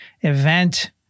event